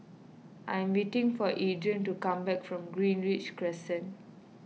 I am waiting for Adrien to come back from Greenridge Crescent